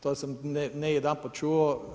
To sam ne jedanput čuo.